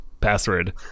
password